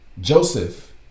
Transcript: Joseph